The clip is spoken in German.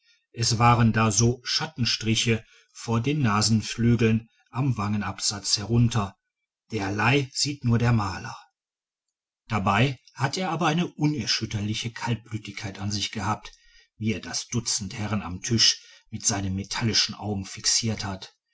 es waren da so schattenstriche von den nasenflügeln am wangenabsatz herunter derlei sieht nur der maler dabei hat er aber eine unerschütterliche kaltblütigkeit an sich gehabt wie er das dutzend herren am tisch mit seinen metallischen augen fixiert hat